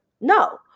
No